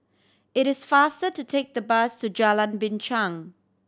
it is faster to take the bus to Jalan Binchang